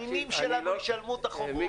הנינים שלנו ישלמו את החובות.